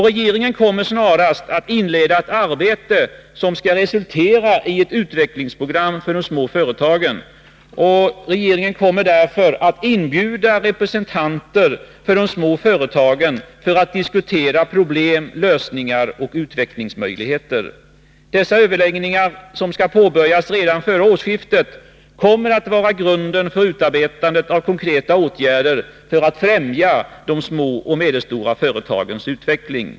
Regeringen kommer snarast att inleda ett arbete som skall resultera i ett utvecklingsprogram för de små företagen. Regeringen kommer därför att inbjuda representanter för dem för att diskutera problem, lösningar och utvecklingsmöjligheter. Dessa överläggningar, som skall påbörjas redan före årsskiftet, kommer att vara grunden för utarbetandet av konkreta åtgärder för att främja de små och medelstora företagens utveckling.